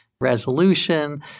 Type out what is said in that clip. resolution